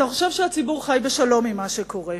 אתה חושב שהציבור חי בשלום עם מה שקורה,